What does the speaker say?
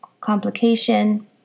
complication